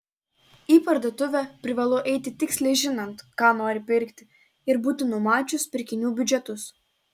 į parduotuvę privalu eiti tiksliai žinant ką nori pirkti ir būti numačius pirkinių biudžetus